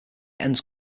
ends